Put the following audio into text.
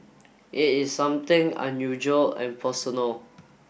it is something unusual and personal